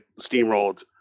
steamrolled